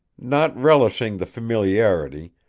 not relishing the familiarity,